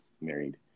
married